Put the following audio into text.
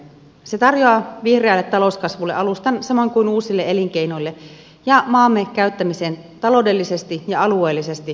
se tarjoaa vihreälle talouskasvulle alustan samoin kuin uusille elinkeinoille ja maamme käyttämiselle taloudellisesti ja alueellisesti tasapainoisesti